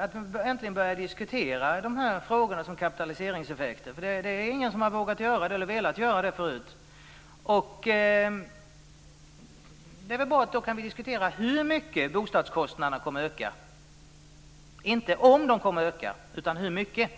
att vi äntligen börjar diskutera frågor som kapitaliseringseffekter. Det är ingen som har vågat eller velat göra det förut. Det är bra, för då kan vi diskutera hur mycket bostadskostnaderna kommer att öka - inte om de kommer att öka utan hur mycket.